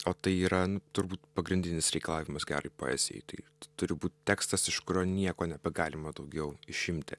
o tai yra nu turbūt pagrindinis reikalavimas gerai poezijai tai turi būt tekstas iš kurio nieko nebegalima daugiau išimti